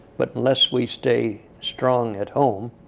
but unless we stay strong at home,